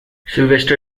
sylvester